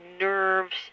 nerves